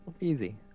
Easy